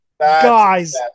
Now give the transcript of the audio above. Guys